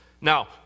Now